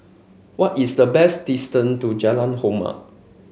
what is the best distance to Jalan Hormat